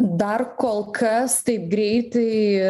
dar kol kas taip greitai